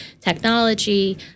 technology